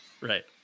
right